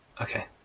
Okay